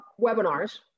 webinars